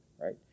right